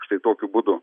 štai tokiu būdu